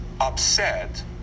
upset